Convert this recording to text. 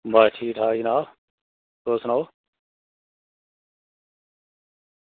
बस ठीक ठाक जनाब तुस सनाओ